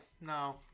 no